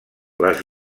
les